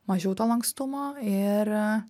mažiau to lankstumo ir